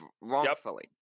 wrongfully